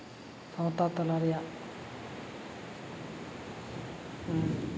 ᱥᱟᱶᱛᱟ ᱛᱟᱞᱟ ᱨᱮᱭᱟᱜ